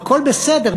הכול בסדר,